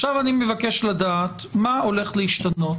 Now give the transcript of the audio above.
עכשיו אני מבקש לדעת מה הולך להשתנות